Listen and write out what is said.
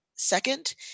Second